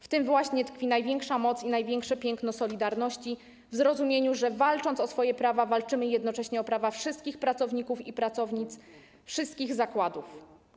W tym właśnie tkwi największa moc i największe piękno solidarności - w zrozumieniu, że walcząc o swoje prawa, walczymy jednocześnie o prawa wszystkich pracowników i pracownic wszystkich zakładów.